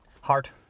heart